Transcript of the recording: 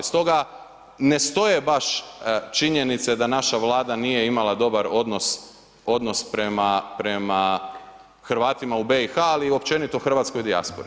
Stoga ne stoje baš činjenice da naša vlada nije imala dobar odnos prema Hrvatima u BiH, ali općenito hrvatskoj dijaspori.